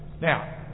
Now